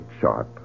sharp